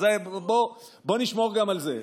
אז בוא נשמור גם על זה.